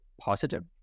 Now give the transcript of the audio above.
positive